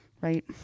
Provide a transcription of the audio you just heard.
right